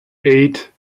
eight